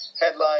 headline